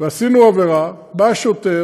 ואם עשינו עבירה, בא שוטר,